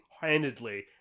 handedly